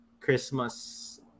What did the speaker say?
Christmas